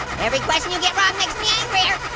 every question you get wrong makes me angrier.